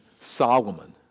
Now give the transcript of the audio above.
Solomon